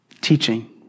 teaching